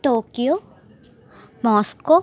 Tokyo Moscow